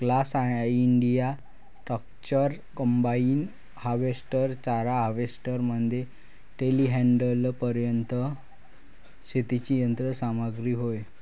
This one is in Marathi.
class India tractors, combine harvester, चारा हार्वेस्टर मध्ये टेलीहँडलरपर्यंत शेतीची यंत्र सामग्री होय